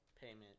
payment